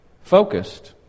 focused